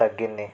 తగ్గింది